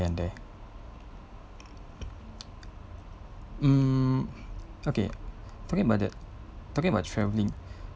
and there hmm okay talking about that talking about travelling